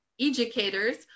educators